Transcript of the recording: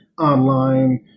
online